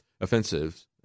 offensives